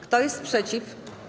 Kto jest przeciw?